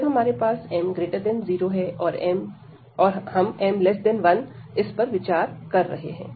जब हमारे पास m0 और हम m1 इस पर विचार कर रहे हैं